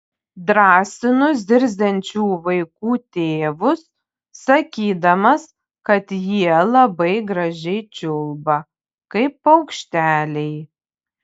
drąsinu zirziančių vaikų tėvus sakydamas kad jie labai gražiai čiulba kaip paukšteliai